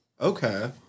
okay